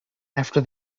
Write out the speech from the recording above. after